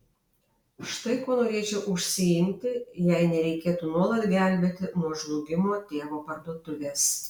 štai kuo norėčiau užsiimti jei nereikėtų nuolat gelbėti nuo žlugimo tėvo parduotuvės